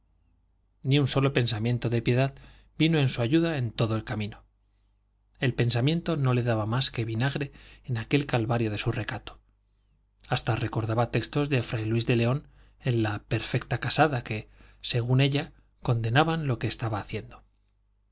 ni un solo pensamiento de piedad vino en su ayuda en todo el camino el pensamiento no le daba más que vinagre en aquel calvario de su recato hasta recordaba textos de fray luis de león en la perfecta casada que según ella condenaban lo que estaba haciendo